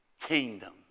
kingdom